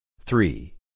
Three